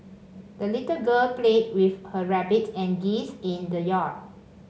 the little girl played with her rabbit and geese in the yard